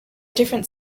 different